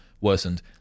worsened